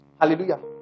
Hallelujah